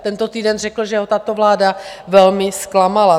Tento týden řekl, že ho tato vláda velmi zklamala.